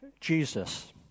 Jesus